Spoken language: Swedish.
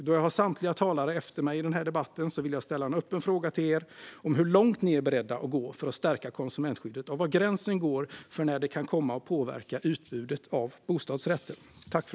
Då jag har samtliga talare efter mig i den här debatten vill jag ställa en öppen fråga till er om hur långt ni är beredda att gå för att stärka konsumentskyddet och var gränsen går för när det kan komma att påverka utbudet av bostadsrätter.